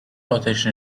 آتش